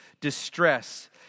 distress